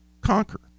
conquer